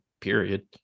period